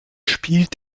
spielt